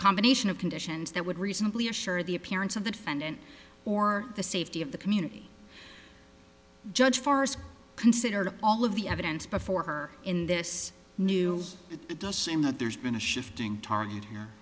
combination of conditions that would reasonably assure the appearance of the defendant or the safety of the community judge forrest considered all of the evidence before her in this new it does seem that there's been a shifting target here